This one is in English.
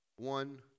One